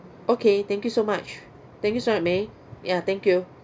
okay thank you so much thank you so much may ya thank you